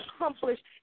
accomplished